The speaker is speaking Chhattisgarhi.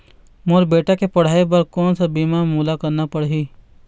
मोर बेटा के पढ़ई बर कोन सा बीमा मोला करना पढ़ही?